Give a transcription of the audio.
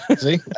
See